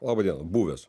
laba diena buvęs